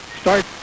start